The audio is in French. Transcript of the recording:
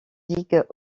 ligue